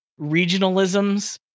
regionalisms